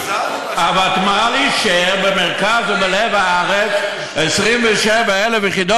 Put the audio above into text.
הוותמ"ל אישר במרכז ובלב הארץ 27,000 יחידות